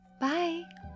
bye